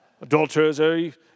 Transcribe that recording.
Adulterers